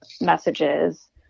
messages